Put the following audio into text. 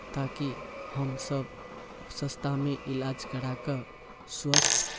ताकि हमसभ सस्तामे इलाज करा कऽ स्वस्थ